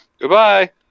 Goodbye